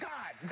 God